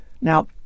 Now